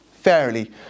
fairly